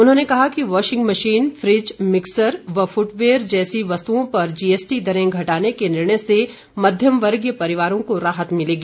उन्होंने कहा कि वॉशिंग मशीन फ्रिज मिक्सर व फुटवेयर जैसी वस्तुओं पर जीएसटी दरें घटाने के निर्णय से मध्यम वर्गीय परिवारों को राहत मिलेगी